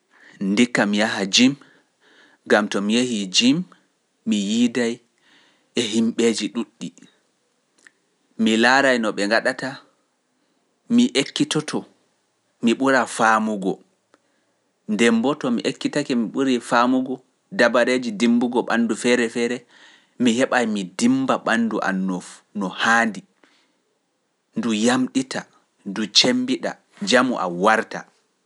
Ndikka mi yaha jim, gam to mi yehii jim, mi yiidaay e himɓeeji ɗuuɗɗi, mi laaray no ɓe ngaɗata, mi ekkitoto, mi ɓuraa faamugo, nden mbo to mi ekkitake mi ɓuri faamugo dabareeji dimmbugo ɓanndu feere feere, mi heɓa mi dimmba ɓanndu an no haandi, ndu yamɗita, ndu cemmbiɗa, jamu a warta.